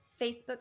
Facebook